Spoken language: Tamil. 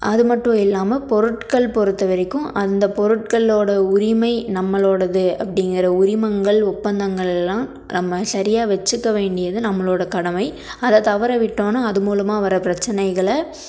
அது மட்டும் இல்லாமல் பொருட்கள் பொறுத்த வரைக்கும் அந்த பொருட்களோடய உரிமை நம்மளோடயது அப்படிங்கிற உரிமங்கள் ஒப்பந்தங்களெலாம் நம்ம சரியாக வச்சுக்க வேண்டியது நம்மளோடய கடமை அதை தவற விட்டோம்னால் அது மூலமாக வர்ற பிரச்சினைகள